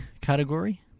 category